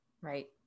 Right